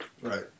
Right